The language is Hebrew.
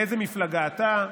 מאיזה מפלגה אתה,